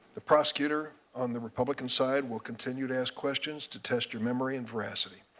the prosecutor on the republican side will continue to ask questions to test your memory and veracity.